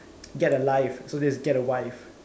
get a life so this is get a wife